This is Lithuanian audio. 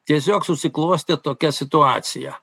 tiesiog susiklostė tokia situacija